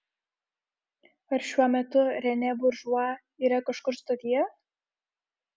ar šiuo metu renė buržua yra kažkur stotyje